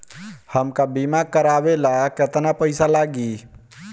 हमका बीमा करावे ला केतना पईसा लागी?